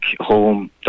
home